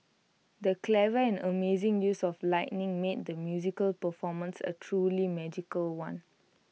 the clever and amazing use of lightning made the musical performance A truly magical one